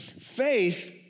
faith